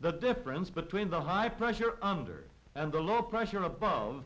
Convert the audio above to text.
the difference between the high pressure under and the low pressure above